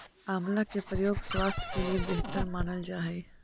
आंवला के प्रयोग स्वास्थ्य के लिए बेहतर मानल जा हइ